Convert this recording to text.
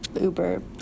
Uber